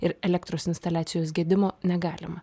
ir elektros instaliacijos gedimo negalima